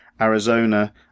Arizona